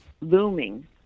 looming